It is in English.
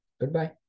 Goodbye